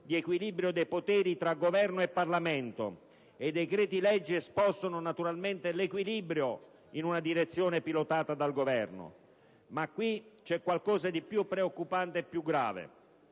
di equilibrio dei poteri tra Governo e Parlamento, e i decreti-legge spostano, naturalmente, l'equilibrio in una direzione pilotata dal Governo. Ma qui c'è qualcosa di più preoccupante e più grave: